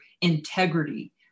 integrity